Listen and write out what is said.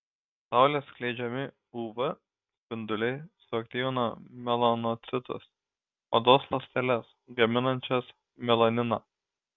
saulės skleidžiami uv spinduliai suaktyvina melanocitus odos ląsteles gaminančias melaniną